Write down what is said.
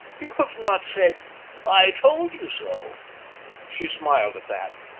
you have not said i told you so she smiled at that.